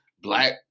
black